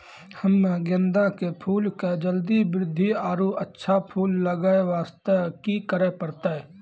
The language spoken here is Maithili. हम्मे गेंदा के फूल के जल्दी बृद्धि आरु अच्छा फूल लगय वास्ते की करे परतै?